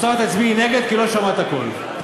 בסוף תצביעי נגד כי לא שמעת טוב.